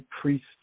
priest